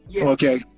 okay